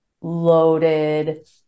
loaded